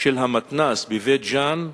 של המתנ"ס בבית-ג'ן,